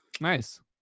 Nice